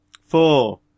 four